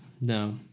No